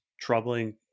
troubling